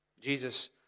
Jesus